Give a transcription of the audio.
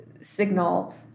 signal